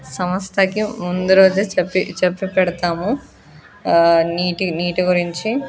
సంస్థకి ముందు రోజే చెప్పి చెప్పి పెడతాము నీటి నీటి గురించి